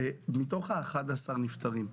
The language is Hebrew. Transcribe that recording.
מתוך ה-11 נפטרים,